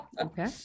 Okay